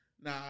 Nah